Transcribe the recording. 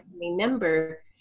remember